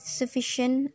sufficient